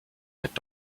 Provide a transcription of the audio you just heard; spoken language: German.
mit